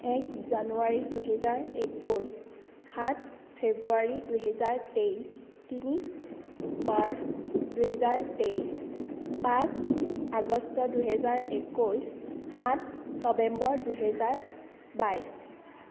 এক জানুৱাৰী দুহেজাৰ একৈছ সাত ফেব্ৰুৱাৰী দুহেজাৰ তেইছ তিনি মাৰ্চ দুহেজাৰ তেইছ পাঁচ আগষ্ট দুহেজাৰ একৈছ সাত নৱেম্বৰ দুহেজাৰ বাইছ